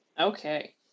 Okay